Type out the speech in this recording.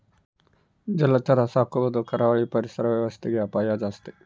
ಜಲಚರ ಸಾಕೊದು ಕರಾವಳಿ ಪರಿಸರ ವ್ಯವಸ್ಥೆಗೆ ಅಪಾಯ ಜಾಸ್ತಿ